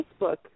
Facebook